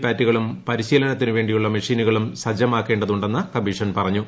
പാറ്റുകളും പരിശീലനത്തിനുവേണ്ടിയുള്ള മെഷീനുകളും സജ്ജമാക്കേണ്ടതുണ്ടെന്ന് കമ്മീഷൻ പറഞ്ഞു